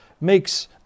makes